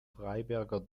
freiberger